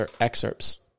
excerpts